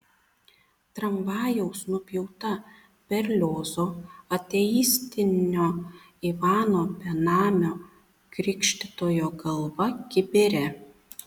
tramvajaus nupjauta berliozo ateistinio ivano benamio krikštytojo galva kibire